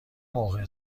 موقع